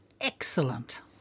excellent